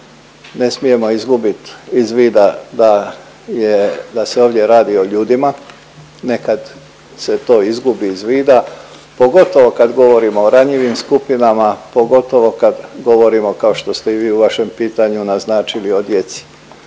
ne smijemo izgubit iz vida da je da se ovdje radi o ljudima, nekad se to izgubi iz vida, pogotovo kad govorimo o ranjivim skupinama, pogotovo kad govorimo kao što ste i vi u vašem pitanju naznačili o djeci.